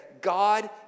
God